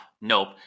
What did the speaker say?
nope